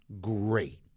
great